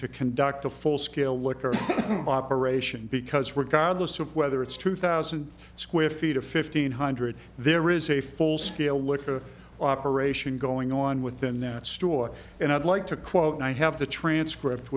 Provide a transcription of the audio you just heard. to conduct a full scale liquor operation because regardless of whether it's two thousand square feet of fifteen hundred there is a full scale liquor operation going on within that store and i'd like to quote i have the transcript